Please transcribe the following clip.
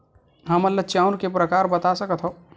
हमन ला चांउर के प्रकार बता सकत हव?